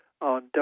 on